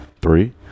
Three